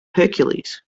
hercules